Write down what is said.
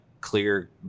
clear